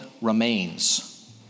Remains